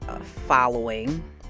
following